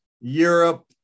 Europe